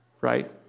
right